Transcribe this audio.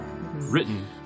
written